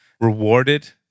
rewarded